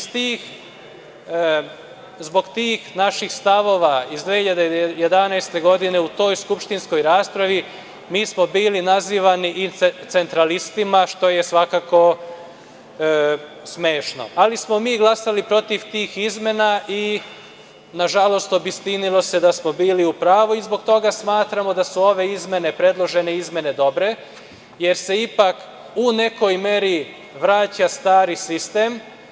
Zbog tih naših stavova iz 2011. godine u toj skupštinskoj raspravi mi smo bili nazivani i centralistima, što je svakako smešno, ali smo mi glasali protiv tih izmena i, na žalost, obistinilo se da smo bili u pravu i zbog toga smatramo da su ove predložene izmene dobre jer se ipak u nekoj meri vraća stari sistem.